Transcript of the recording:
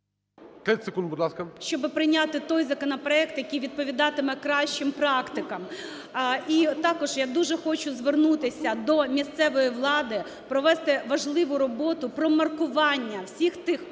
30 секунд, будь ласка. ГЕРАЩЕНКО І.В. …щоб прийняти той законопроект, який відповідатиме кращим практикам. І також я дуже хочу звернутися до місцевої влади провести важливу роботу про маркування всіх тих площ,